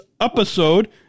episode